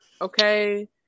Okay